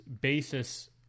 basis